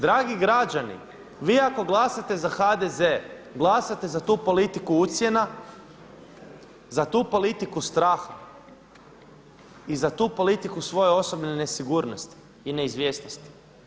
Dragi građani, vi ako glasate za HDZ glasate za tu politiku ucjena, za tu politiku straha i za tu politiku svoje osobne nesigurnosti i neizvjesnosti.